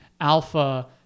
Alpha